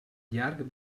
llarg